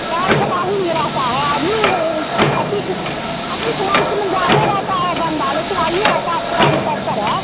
साफ सफाई ही रहता है आज ही अच्छी अच्छी ज्यादे रहता है गंदा लेकिन आइए साफ सफाई सब तरफ